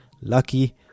lucky